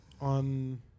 on